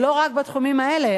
ולא רק בתחומים האלה.